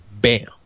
Bam